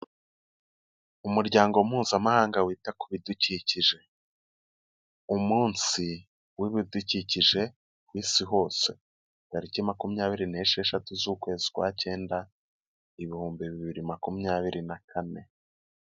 Umuryango mpuzamahanga wita ku bidukikije umunsi w'ibidukikije ku isi hose tariki makumyabiri n' esheshatu z'ukwezi kwa cyenda ibihumbi bibiri makumyabiri na kane .